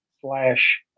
slash